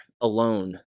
alone